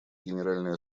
генеральной